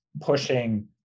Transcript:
pushing